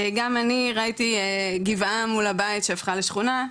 גם אני ראיתי גבעה מול הבית שהפכה לשכונה,